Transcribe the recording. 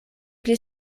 pli